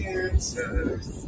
answers